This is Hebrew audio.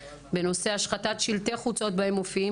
בנושא: השחתת שלטי חוצות בהם מופיעים